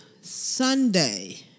sunday